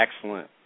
excellent